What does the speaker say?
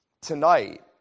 Tonight